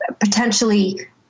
potentially